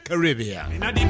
Caribbean